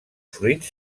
fruits